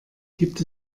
gibt